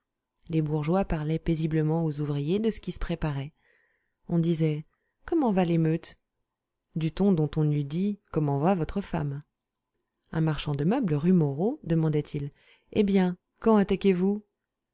les bourgeois parlaient paisiblement aux ouvriers de ce qui se préparait on disait comment va l'émeute du ton dont on eût dit comment va votre femme un marchand de meubles rue moreau demandait eh bien quand attaquez-vous